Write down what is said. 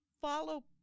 follow